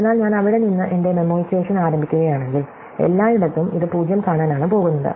അതിനാൽ ഞാൻ അവിടെ നിന്ന് എന്റെ മേമ്മോയിസേഷേൻ ആരംഭിക്കുകയാണെങ്കിൽ എല്ലായിടത്തും ഇത് 0 കാണാനാണ് പോകുന്നത്